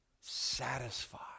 satisfied